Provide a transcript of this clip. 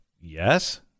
yes